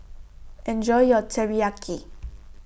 Enjoy your Teriyaki